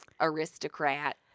Aristocrat